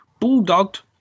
bulldogged